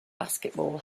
basketball